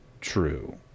true